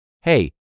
hey